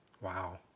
Wow